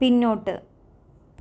പിന്നോട്ട്